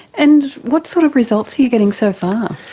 and what sort of results are you getting so far?